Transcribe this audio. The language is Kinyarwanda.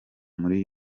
muri